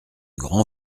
grand